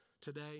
today